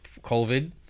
COVID